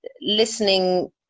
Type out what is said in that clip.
listening